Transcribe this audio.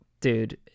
Dude